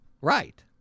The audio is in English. Right